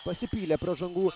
pasipylė pražangų